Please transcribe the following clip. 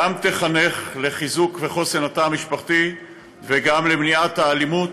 גם תחנך לחיזוק וחוסן התא המשפחתי וגם למניעת האלימות,